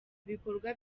ibikorwa